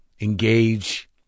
engage